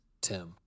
Tim